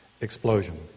explosion